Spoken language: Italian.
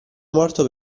morto